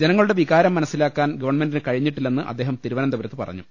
ജനങ്ങളുടെ വികാരം മനസ്സിലാക്കാൻ ഗവൺമെന്റിന് കഴിഞ്ഞിട്ടില്ലെന്ന് അദ്ദേഹം തിരുവനന്തപുരത്ത് പറഞ്ഞു